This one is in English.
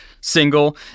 single